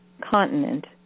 continent